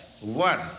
one